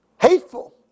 Hateful